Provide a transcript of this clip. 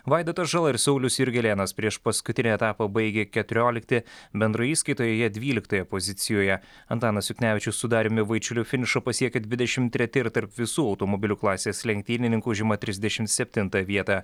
vaidotas žala ir saulius jurgelėnas priešpaskutinį etapą baigė keturiolikti bendroj įskaitoje jie dvyliktoje pozicijoje antanas juknevičius su dariumi vaičiuliu finišą pasiekė dvidešim treti ir tarp visų automobilių klasės lenktynininkų užima trisdešim septintą vietą